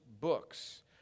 books